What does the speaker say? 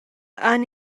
han